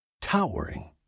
Towering